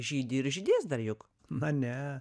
žydi ir žydės dar juk na ne